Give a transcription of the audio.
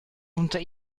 unter